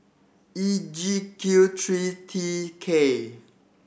E G Q three T K